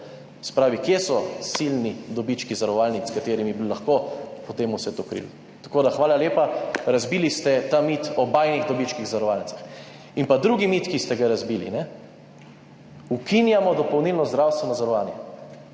pravi, kje so silni dobički zavarovalnic, s katerimi bi lahko potem vse to krilo? Tako hvala lepa, razbili ste ta mit o bajnih dobičkih zavarovalnicah. In drugi mit, ki ste ga razbili - ukinjamo dopolnilno zdravstveno zavarovanje.